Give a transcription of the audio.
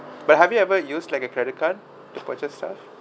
but have you ever use like a credit card to purchase stuff